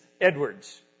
Edwards